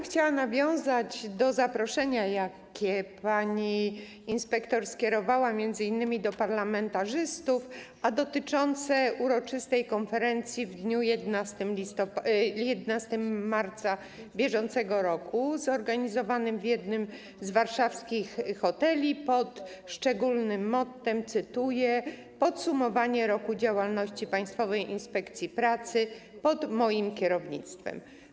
Chciałabym nawiązać do zaproszenia, jakie pani inspektor skierowała m.in. do parlamentarzystów, dotyczącego uroczystej konferencji w dniu 11 marca br. zorganizowanej w jednym z warszawskich hoteli pod szczególnym mottem, cytuję: Podsumowanie roku działalności Państwowej Inspekcji Pracy pod moim kierownictwem.